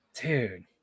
Dude